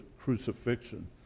crucifixion